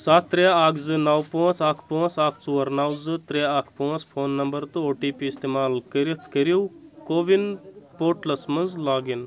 ستھ ترٛےٚ اکھ زٕ نَو پانژھ اکھ پانٛژھ اکھ ژور نَو زٕ ترٛےٚ اکھ پانژھ فون نمبر تہٕ او ٹی پی استعمال کٔرِتھ کٔرِو کووِن پورٹلس مَنٛز لاگ اِن